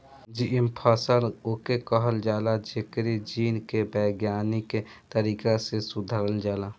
GM फसल उके कहल जाला जेकरी जीन के वैज्ञानिक तरीका से सुधारल जाला